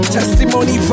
Testimony